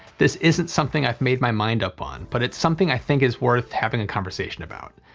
this isn't something i've made my mind up on, but it's something i think is worth having a conversation about.